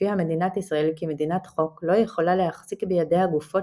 לפיה מדינת ישראל – כמדינת חוק – לא יכולה להחזיק בידיה גופות